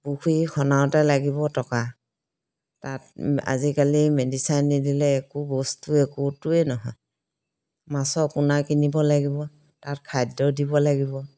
পুখুৰী খনাওঁতে লাগিব টকা তাত আজিকালি মেডিচাইন নিদিলে একো বস্তু একোটোৱে নহয় মাছৰ পোনা কিনিব লাগিব তাত খাদ্য দিব লাগিব